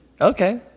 okay